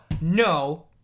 no